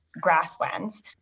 grasslands